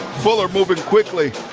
puller moving quickly.